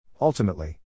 Ultimately